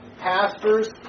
pastors